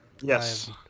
Yes